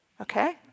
Okay